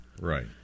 Right